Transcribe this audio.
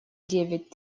девять